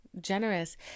Generous